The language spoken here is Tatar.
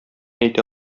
әйтә